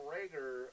Rager